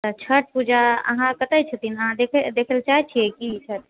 आ छठि पूजा अहाँ कतए छथिन अहाँ देखय लए चाहै छियै की छठि